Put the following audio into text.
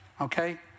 okay